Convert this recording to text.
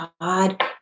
God